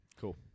cool